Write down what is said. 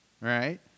right